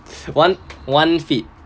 one one feet